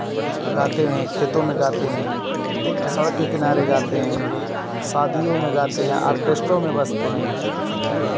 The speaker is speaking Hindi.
गाते हैं खेतों में गाते हैं सड़क के किनारे गाते हैं शादियों में गाते हैं आर्केस्टों में बजते हैं